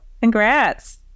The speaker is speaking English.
Congrats